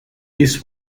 this